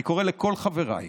אני קורא לכל חבריי